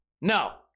No